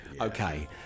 Okay